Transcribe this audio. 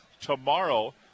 tomorrow